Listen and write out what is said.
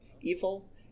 evil